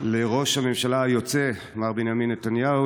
לראש הממשלה היוצא מר בנימין נתניהו